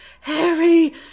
Harry